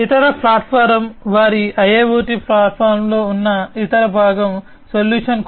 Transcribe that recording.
ఇతర ప్లాట్ఫారమ్ వారి IIoT ప్లాట్ఫామ్లో ఉన్న ఇతర భాగం సొల్యూషన్ కోర్